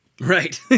Right